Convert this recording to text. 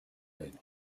käinud